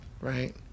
right